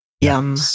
Yum